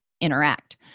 interact